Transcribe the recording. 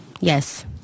Yes